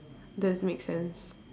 does make sense